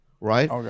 right